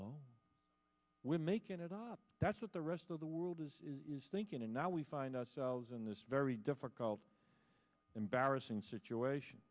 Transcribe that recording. oh we're making it up that's what the rest of the world is thinking and now we find ourselves in this very difficult barrison situation